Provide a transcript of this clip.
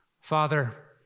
Father